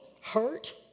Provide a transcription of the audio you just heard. hurt